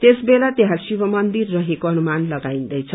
त्यस बेला यहाँ शिव मन्दिर रहेको अनुमान लगाईन्दैछ